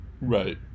Right